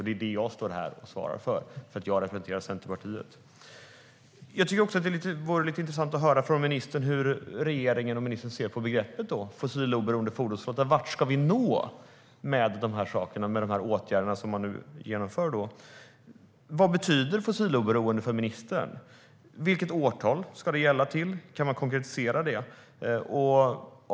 Det är det som jag står här och svarar för, eftersom jag representerar Centerpartiet. Det vore lite intressant att höra från ministern hur regeringen och ministern ser på begreppet fossiloberoende fordonsflotta. Vart ska vi nå med de åtgärder som vidtas? Vad betyder fossiloberoende för ministern? Vilket årtal är det som gäller? Kan ministern konkretisera det?